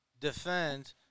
defend